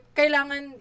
kailangan